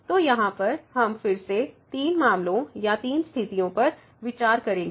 तो यहाँ पर हम फिर से तीन मामलों या तीन स्थितियों पर विचार करेंगे